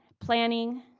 planning,